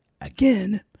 again